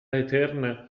eterna